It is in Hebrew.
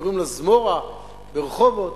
קוראים לה "זמורה" ברחובות.